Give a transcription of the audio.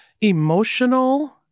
emotional